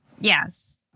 Yes